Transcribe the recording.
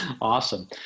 Awesome